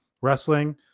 wrestling